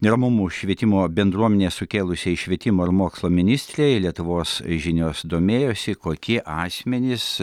neramumus švietimo bendruomenėj sukėlusiai švietimo ir mokslo ministrei lietuvos žinios domėjosi kokie asmenys